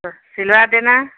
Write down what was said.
तो सिलवा देना